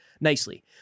nicely